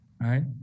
right